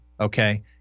okay